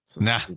Nah